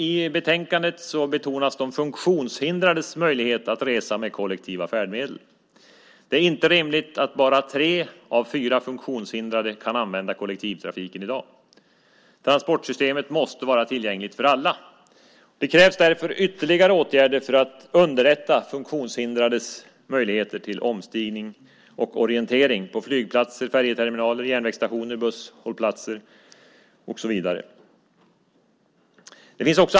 I betänkandet betonas de funktionshindrades möjlighet att resa med kollektiva färdmedel. Det är inte rimligt att bara tre av fyra funktionshindrade kan använda kollektivtrafiken i dag. Transportsystemet måste vara tillgängligt för alla. Det krävs därför ytterligare åtgärder för att underlätta funktionshindrades möjligheter till omstigning och orientering på flygplatser, färjeterminaler, järnvägsstationer, busshållplatser och så vidare.